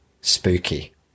spooky